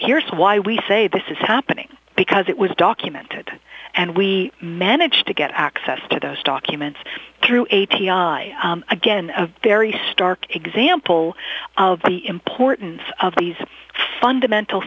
here's why we say this is happening because it was documented and we managed to get access to those documents through a t a i again a very stark example of the importance of these fundamental